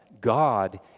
God